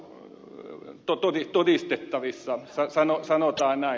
tämä on todistettavissa sanotaan näin